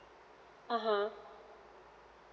(uh huh)